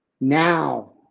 Now